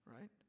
Right